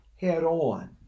head-on